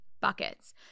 buckets